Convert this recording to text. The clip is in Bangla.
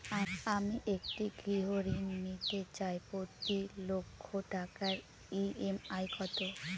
আমি একটি গৃহঋণ নিতে চাই প্রতি লক্ষ টাকার ই.এম.আই কত?